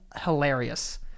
hilarious